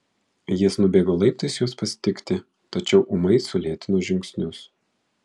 jis nubėgo laiptais jos pasitikti tačiau ūmai sulėtino žingsnius